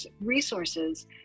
resources